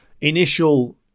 initial